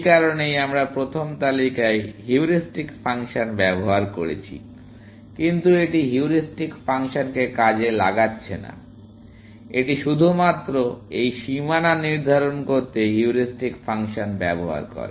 এই কারণেই আমরা প্রথম তালিকায় হিউরিস্টিক ফাংশন ব্যবহার করেছি কিন্তু এটি হিউরিস্টিক ফাংশনকে কাজে লাগাচ্ছে না এটি শুধুমাত্র এই সীমানা নির্ধারণ করতে হিউরিস্টিক ফাংশন ব্যবহার করে